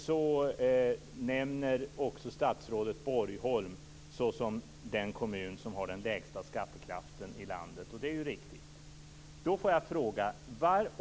Statsrådet nämner också Borgholm som den kommun som har den lägsta skattekraften i landet, och det är ju riktigt.